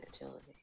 agility